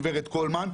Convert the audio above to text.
גב' קולמן,